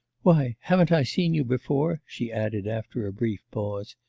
why, haven't i seen you before she added after a brief pause.